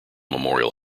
memorial